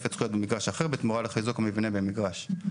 תוספת זכויות במגרש אחר בתמורה לחיזוק מבנה במגרש.